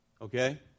Okay